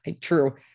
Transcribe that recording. true